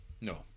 No